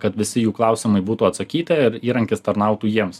kad visi jų klausimai būtų atsakyti ir įrankis tarnautų jiems